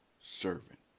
servant